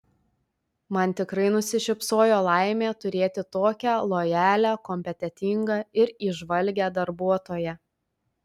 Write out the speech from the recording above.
man tikrai nusišypsojo laimė turėti tokią lojalią kompetentingą ir įžvalgią darbuotoją